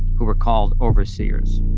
who were called overseers.